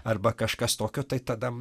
arba kažkas tokio tai tada